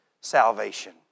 salvation